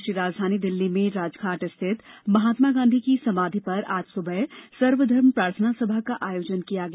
राष्ट्रीय राजधानी दिल्ली में राजघाट स्थित महात्मा गांधी की समाधि पर आज सुबह सर्वधर्म प्रार्थना सभा का आयोजन किया गया